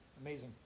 amazing